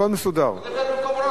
הכול מסודר.